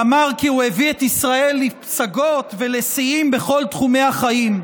שאמר כי הוא הביא את ישראל לפסגות ולשיאים בכל תחומי החיים.